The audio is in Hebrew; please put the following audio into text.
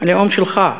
הלאום שלך.